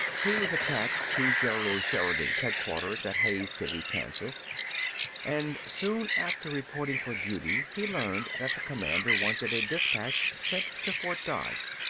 he was attached to general sheridan's headquarters at hays city, kansas and soon after reporting for duty he learned that the commander wanted a dispatch sent to fort dodge,